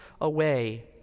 away